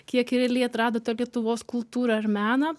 kiek realiai atrado tą lietuvos kultūrą ir meną